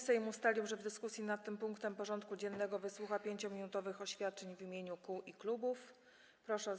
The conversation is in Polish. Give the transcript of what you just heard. Sejm ustalił, że w dyskusji nad tym punktem porządku dziennego wysłucha 5-minutowych oświadczeń w imieniu klubów i koła.